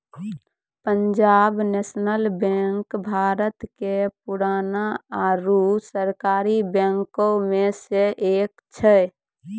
Punjab national bank Bharat के पुराना आरु सरकारी बैंको मे से एक छै